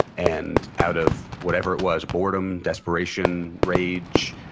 and out of whatever it was, boredom, desperation, rage,